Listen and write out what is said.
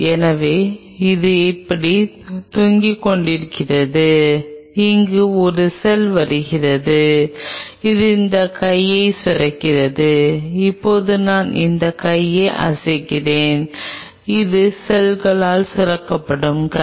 எனவே இது இப்படி தொங்கிக்கொண்டிருக்கிறது இங்கே ஒரு செல் வருகிறது இது இந்த கையை சுரக்கிறது இப்போது நான் இந்த கையை அசைக்கிறேன் இது செல்களால் சுரக்கப்படும் கை